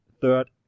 third